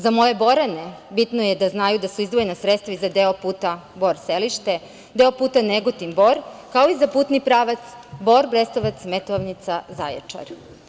Za moje Borane bitno je da znaju da su izdvojena sredstva i za deo puta Bor-Selište, deo puta Negotin-Bor, kao i za putni pravac Bor-Brestovac-Metovnica-Zaječar.